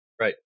Right